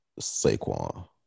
Saquon